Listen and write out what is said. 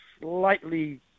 Slightly